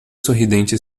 sorridente